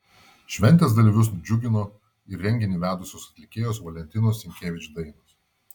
šventės dalyvius džiugino ir renginį vedusios atlikėjos valentinos sinkevič dainos